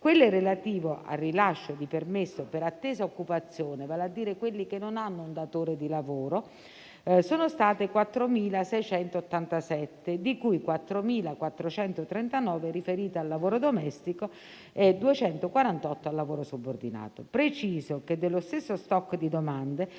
quelle relative al rilascio di permesso per attesa occupazione, vale a dire quelli che non hanno un datore di lavoro, sono state 4.687, di cui 4.439 riferite al lavoro domestico e 248 al lavoro subordinato. Preciso che dello stesso *stock* di domande